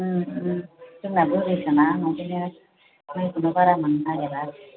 उम उम जोंना बोराइसोना ओंखायनो माइखौनो बारा मोननो नागेरा